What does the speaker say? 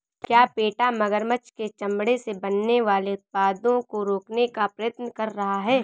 क्या पेटा मगरमच्छ के चमड़े से बनने वाले उत्पादों को रोकने का प्रयत्न कर रहा है?